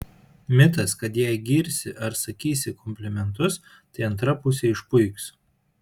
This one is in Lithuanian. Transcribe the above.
mitas kad jei girsi ar sakysi komplimentus tai antra pusė išpuiks